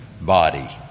body